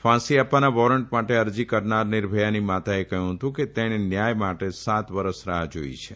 ફાંસી આપવાના વોરંટ માટે અરજી કરનાર નિર્ભયાની માતાએ કહ્યું હતું કે તેણે ન્યાય માટે સાત વરસ રાહ જોઈ છે